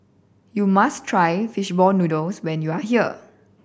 you must try fish ball noodles when you are here